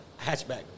hatchback